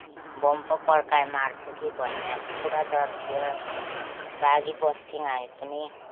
bomb पो पडकाई मार्छ कि भन्ने अब पूरा डर थियो भागी बस्थ्यौँ हामी पनि